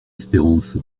espérance